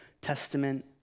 Testament